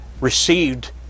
received